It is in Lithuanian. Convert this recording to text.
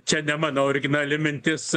čia ne mano originali mintis